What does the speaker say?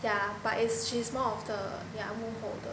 yeah but it's she's more of the ya 幕后的